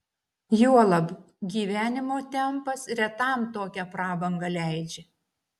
juolab gyvenimo tempas retam tokią prabangą leidžia